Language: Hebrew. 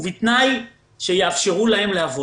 ובתנאי שיאפשרו להם לעבוד.